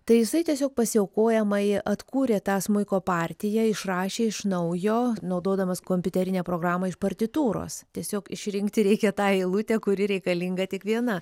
tai jisai tiesiog pasiaukojamai atkūrė tą smuiko partiją išrašė iš naujo naudodamas kompiuterinę programą iš partitūros tiesiog išrinkti reikia tą eilutę kuri reikalinga tik viena